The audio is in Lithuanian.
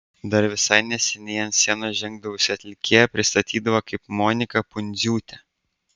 dar visai neseniai ant scenos žengdavusią atlikėją pristatydavo kaip moniką pundziūtę